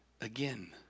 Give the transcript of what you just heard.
again